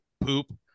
poop